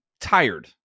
tired